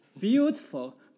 Beautiful